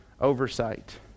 oversight